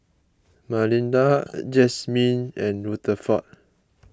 Malinda Jazmyne and Rutherford